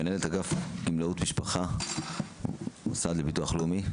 מנהלת אגף גמלאות משפחה מהמוסד לביטוח לאומי.